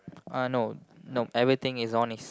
uh no no everything is on is